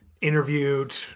interviewed